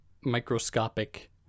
microscopic